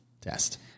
test